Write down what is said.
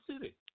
city